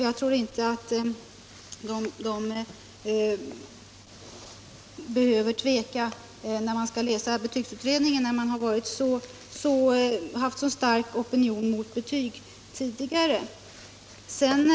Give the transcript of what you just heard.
Jag tror inte att de behöver tveka om sin inställning när de skall yttra sig över betygsutredningen, med tanke på den starka opinion mot betyg som tidigare funnits.